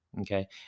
Okay